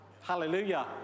hallelujah